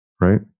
right